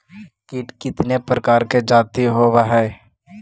कीट कीतने प्रकार के जाती होबहय?